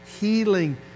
Healing